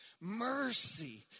mercy